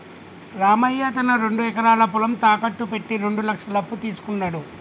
రామయ్య తన రెండు ఎకరాల పొలం తాకట్టు పెట్టి రెండు లక్షల అప్పు తీసుకున్నడు